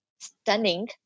stunning